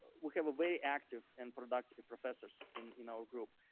we have very active and productive professors in in our group.